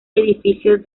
edificio